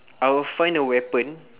I'll find a weapon